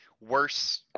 worse